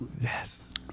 yes